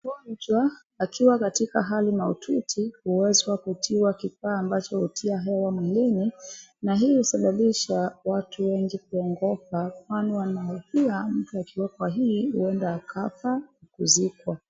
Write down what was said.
Mgonjwa akiwa katika hali mahututi huweza kutiwa kifaa ambacho huweza kutia hewa mwilini, na hii husababisha watu wengi kuogopa, kwani wanaofia mtu akiwa kwa hii huenda akafa, huzikwa.